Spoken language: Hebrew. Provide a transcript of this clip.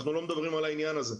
אנחנו לא מדברים על העניין הזה.